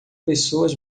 pessoas